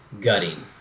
gutting